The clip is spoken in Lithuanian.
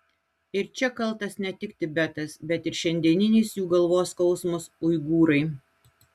ir čia kaltas ne tik tibetas bet ir šiandieninis jų galvos skausmas uigūrai